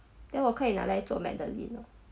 then 我可以拿来做: wo ke yi na lai zuo madeleine ah